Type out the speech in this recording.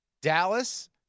Dallas